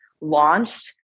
launched